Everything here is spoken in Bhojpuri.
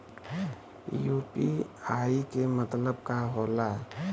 यू.पी.आई के मतलब का होला?